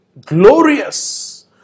glorious